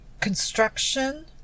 construction